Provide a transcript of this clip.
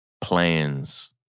plans